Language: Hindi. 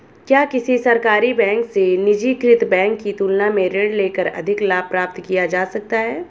क्या किसी सरकारी बैंक से निजीकृत बैंक की तुलना में ऋण लेकर अधिक लाभ प्राप्त किया जा सकता है?